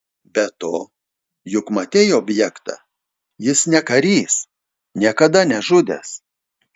be to juk matei objektą jis ne karys niekada nežudęs